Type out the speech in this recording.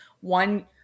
One